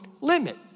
limit